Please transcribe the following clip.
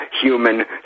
human